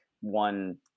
one